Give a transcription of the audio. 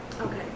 Okay